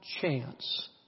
chance